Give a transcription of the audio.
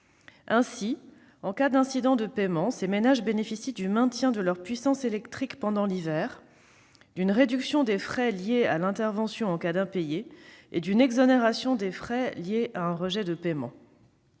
Ainsi, en cas d'incident de paiement, ces ménages bénéficient du maintien de leur puissance électrique pendant l'hiver, d'une réduction des frais liés à une intervention en cas d'impayés et d'une exonération des frais liés à un rejet de paiement.